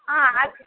ಹಾಂ ಆಯ್ತ್